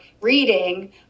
reading